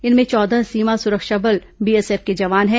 इनमें चौदह सीमा सुरक्षा बल बीएसएफ के जवान है